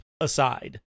aside